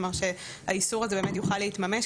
כלומר, שהאיסור הזה באמת יוכל להתממש.